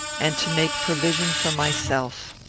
and to make provision for myself.